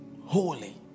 holy